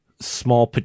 small